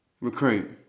Recruit